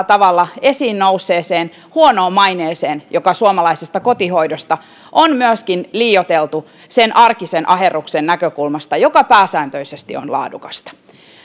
tavalla esiin nousseeseen huonoon maineeseen joka suomalaisesta kotihoidosta puhuttaessa on liioiteltu sen arkisen aherruksen näkökulmasta joka pääsääntöisesti on laadukasta